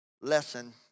lesson